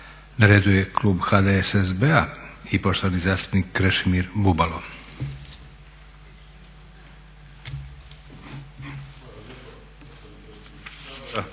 Na redu je klub HDSSB-a i poštovani zastupnik Krešimir Bubalo.